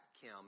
Kim